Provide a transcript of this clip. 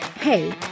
hey